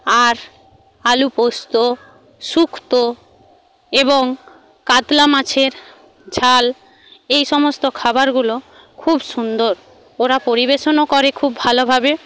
আর আলু পোস্ত শুক্তো এবং কাতলা মাছের ঝাল এই সমস্ত খাবারগুলো খুব সুন্দর ওরা পরিবেশনও করে খুব ভালোভাবে